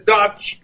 Dutch